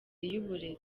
y’uburezi